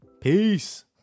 Peace